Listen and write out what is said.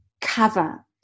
cover